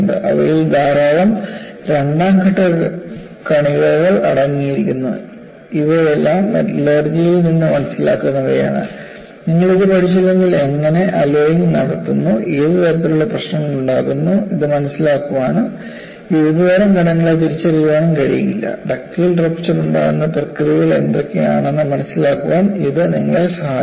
അവയിൽ ധാരാളം രണ്ടാം ഘട്ട കണികകൾ അടങ്ങിയിരിക്കുന്നു ഇവയെല്ലാം മെറ്റലർജിയിൽ നിന്ന് മനസ്സിലാക്കുന്നവയാണ് നിങ്ങൾ ഇത് പഠിച്ചില്ലെങ്കിൽ എങ്ങനെ അലോയിംഗ് നടത്തുന്നു ഏത് തരത്തിലുള്ള പ്രശ്നങ്ങൾ ഉണ്ടാകുന്നു ഇത് മനസ്സിലാക്കാനും വിവിധതരം കണങ്ങളെ തിരിച്ചറിയാനും കഴിയില്ല ഡക്റ്റൈൽ റപ്പ്ചർ ഉണ്ടാക്കുന്ന പ്രക്രിയകൾ ഏതൊക്കെ ആണെന്ന് മനസ്സിലാക്കാൻ ഇത് നിങ്ങളെ സഹായിക്കുന്നു